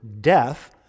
death